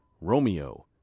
Romeo